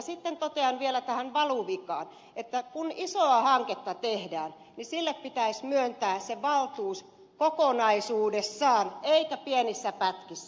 sitten totean vielä tähän valuvikaan että kun isoa hanketta tehdään sille pitäisi myöntää se valtuus kokonaisuudessaan eikä pienissä pätkissä